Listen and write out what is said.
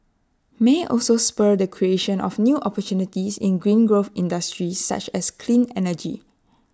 may also spur the creation of new opportunities in green growth industries such as clean energy